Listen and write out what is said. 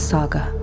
Saga